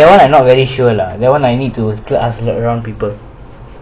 that one I'm not very sure lah that one I need to ask around people